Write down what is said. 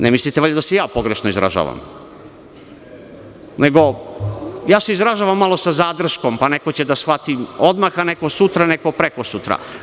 Ne mislite valjda da se ja pogrešno izražavam, nego izražavam se malo sa zadrškom, pa neko će da shvati odmah, neko sutra, neko prekosutra.